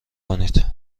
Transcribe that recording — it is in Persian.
کنید